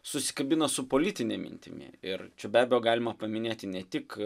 susikabina su politine mintimi ir čia be abejo galima paminėti ne tik